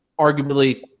arguably